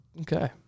Okay